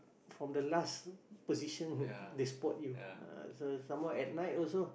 from the last position they spot you ah some more at night also